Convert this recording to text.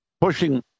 pushing